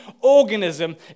organism